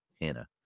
hannah